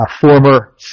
former